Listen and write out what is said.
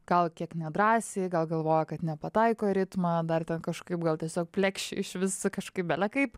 gal kiek nedrąsiai gal galvoja kad nepataiko į ritmą dar kažkaip gal tiesiog plekši iš vis kažkaip bele kaip